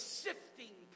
sifting